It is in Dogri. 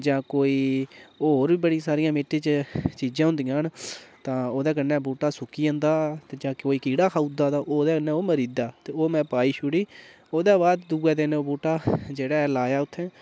जां कोई होर बी बड़ी सारियां मिट्टी च चीज़ां होन्दियां न तां ओह्दे कन्नै बूह्टा सुक्की जंदा ते जां कोई कीड़ा खाऊ उड़दा ते ओह्दे कन्नै ओह् मरी दा ते ओह् में पाई छुड़ी ओह्दे बाद दूऐ दिन ओह् बूह्टा जेह्ड़ा लाया उ'त्थें